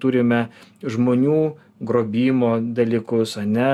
turime žmonių grobimo dalykus ane